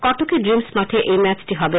কটকে Dreams মাঠে এই ম্যাচটি হবে